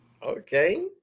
Okay